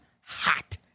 hot